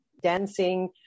dancing